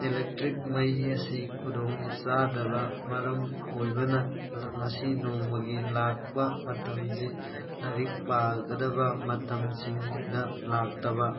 electric ꯃꯩ ꯑꯁꯤ ꯈꯨꯗꯣꯡꯆꯥꯗꯕ ꯃꯔꯝ ꯑꯣꯏꯕꯅ ꯉꯁꯤ ꯅꯣꯡꯃꯒꯤ ꯂꯥꯛꯄ ꯃꯇꯝꯁꯤ ꯂꯥꯏꯔꯤꯛ ꯄꯥꯒꯗꯕ ꯃꯇꯝꯁꯤꯡꯗ ꯂꯥꯛꯇꯕ